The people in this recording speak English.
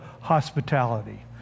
hospitality